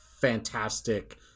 fantastic